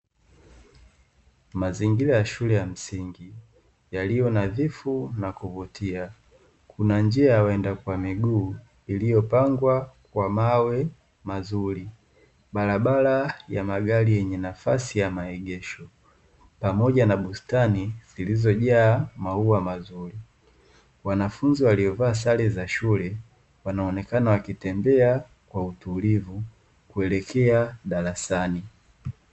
Mazingira ya shule ya msingi yaliyo nadhifu na kuvutia kuna njia ya waenda kwa miguu iliyopangwa kwa mawe mazuri barabara ya magari yenye nafasi ya maegesho, pamoja na bustani zilizojaa maua mazuri wanafunzi waliovaa sare za shule wanaonekana wakitembea kwa utulivu kuelekea darasani.